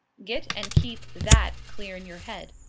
get, and keep, that clear in your head.